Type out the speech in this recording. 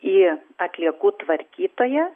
į atliekų tvarkytoją